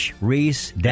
reese